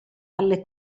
alle